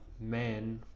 Man